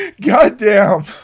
Goddamn